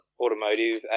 automotive